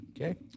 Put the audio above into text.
Okay